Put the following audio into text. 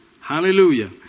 Hallelujah